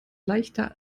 leichter